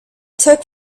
took